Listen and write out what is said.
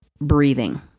breathing